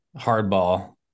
hardball